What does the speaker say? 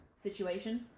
situation